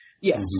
yes